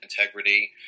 integrity